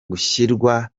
gushyirwa